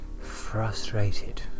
frustrated